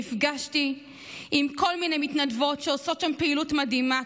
נפגשתי עם כל מיני מתנדבות שעושות שם פעילות מדהימה,